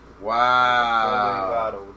Wow